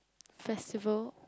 festival